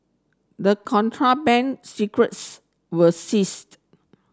the contraband cigarettes were seized